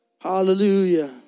Hallelujah